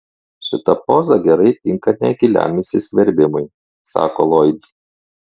šita poza gerai tinka negiliam įsiskverbimui sako loyd